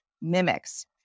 mimics